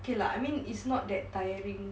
okay lah I mean it's not that tiring